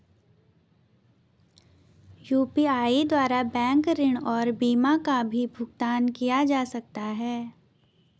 UPI द्वारा bank ऋण और बीमा का भी भुगतान किया जा सकता है?